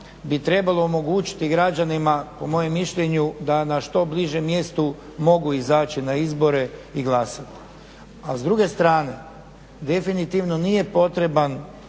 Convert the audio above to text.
bi trebalo omogućiti građanima, po mojem mišljenju da na što bližem mjestu mogu izaći na izbore i glasati. A s druge strane, definitivno nije potreban